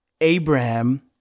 Abraham